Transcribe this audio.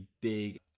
big